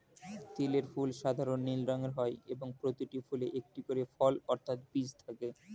তিলের ফুল সাধারণ নীল রঙের হয় এবং প্রতিটি ফুলে একটি করে ফল অর্থাৎ বীজ থাকে